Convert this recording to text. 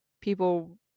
people